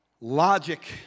logic